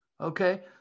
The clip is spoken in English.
Okay